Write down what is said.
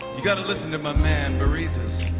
you gotta listen to my man bareezus.